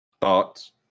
thoughts